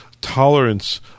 tolerance